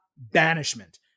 banishment